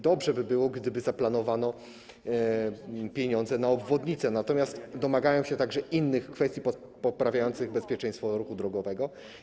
Dobrze by było, gdyby zaplanowano pieniądze na obwodnicę, natomiast domagają się także innych kwestii poprawiających bezpieczeństwo ruchu drogowego.